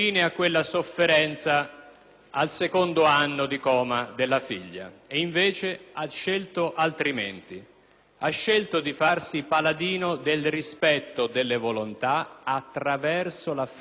al secondo anno di coma della figlia ed, invece, ha scelto altrimenti: ha scelto di farsi paladino del rispetto delle volontà attraverso l'affermazione della legge,